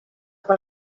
per